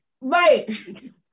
right